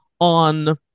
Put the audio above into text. on